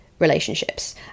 relationships